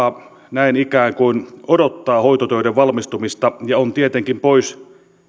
näin ikään kuin odottaa hoitotöiden valmistumista ja on tietenkin pois